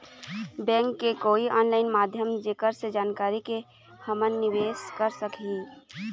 Bank के कोई online माध्यम जेकर से जानकारी के के हमन निवेस कर सकही?